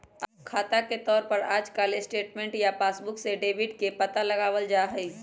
खाता के तौर पर आजकल स्टेटमेन्ट या पासबुक से डेबिट के पता लगावल जा हई